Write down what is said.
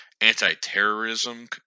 anti-terrorism